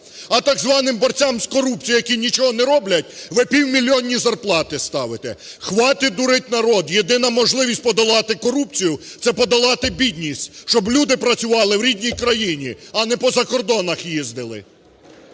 А так званим борцям з корупцією, які нічого не роблять, ви півмільйонні зарплати ставите. Хватить дурити народ! Єдина можливість подолати корупцію – це подолати бідність, щоб люди працювали в рідній країні, а не по закордонах їздили.